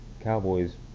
Cowboys